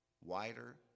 wider